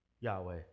Yahweh